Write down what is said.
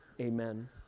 Amen